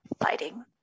fighting